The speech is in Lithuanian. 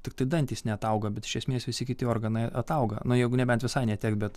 tiktai dantys neatauga bet iš esmės visi kiti organai atauga na jeigu nebent visai netekt bet